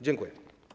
Dziękuję.